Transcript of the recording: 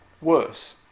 worse